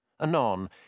Anon